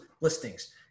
listings